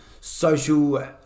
social